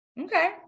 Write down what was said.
Okay